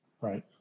Right